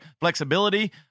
Flexibility